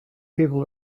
people